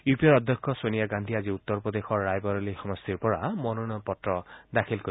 U P এৰ অধ্যক্ষ ছোনিয়া গান্ধীয়ে আজি উত্তৰ প্ৰদেশৰ ৰায়বৰেলি সমষ্টিৰ পৰা মনোনয়ন পত্ৰ দাখিল কৰিব